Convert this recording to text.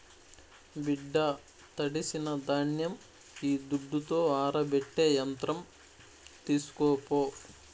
బిడ్డా తడిసిన ధాన్యం ఈ దుడ్డుతో ఆరబెట్టే యంత్రం తీస్కోపో